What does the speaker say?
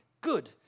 good